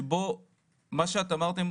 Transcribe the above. שכמו שאת אמרת,